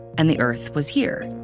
and the earth was here.